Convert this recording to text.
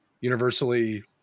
universally